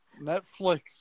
Netflix